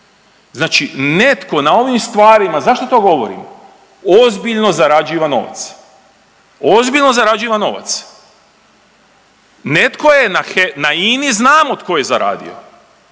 Znači netko na ovim stvarima, zašto to govorim, ozbiljno zarađiva novce, ozbiljno zarađiva novac, netko je na INA-i, znamo tko je zaradio,